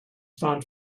font